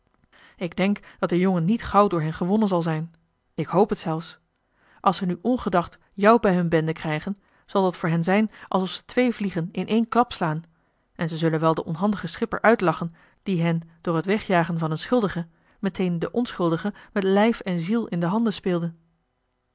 ik denk dat de jongen niet gauw door hen gewonnen zal zijn ik hoop het zelfs als ze nu ongedacht jou bij hun bende krijgen zal dat voor hen zijn alsof ze twee vliegen in één klap slaan en ze zullen wel den onhandigen schipper uitlachen die hen door het wegjagen van een schuldige meteen den onschuldige met lijf en ziel in de handen speelde